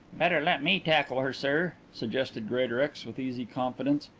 better let me tackle her, sir, suggested greatorex with easy confidence.